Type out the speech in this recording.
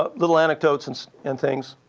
ah little anecdotes and so and things.